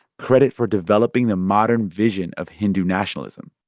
credit for developing the modern vision of hindu nationalism.